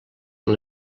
amb